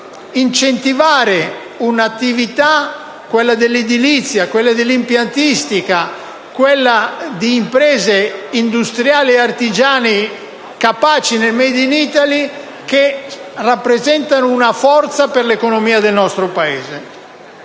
incentivare attività (quella dell'edilizia, quella dell'impiantistica, quella di imprese industriali e artigiane capaci nel *made in Italy*) che rappresentano una forza per l'economia del nostro Paese.